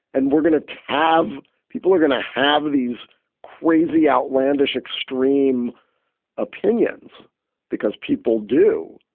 and we're gonna have people are going to have these crazy, outlandish, extreme opinions because people do.